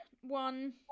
one